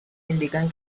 indican